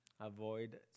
avoid